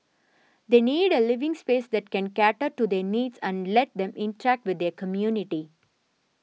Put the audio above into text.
they need a living space that can cater to their needs and lets them interact with their community